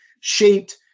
shaped